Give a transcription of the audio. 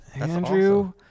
Andrew